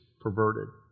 perverted